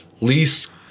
least